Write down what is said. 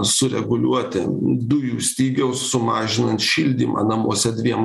sureguliuoti dujų stygiaus sumažinant šildymą namuose dviem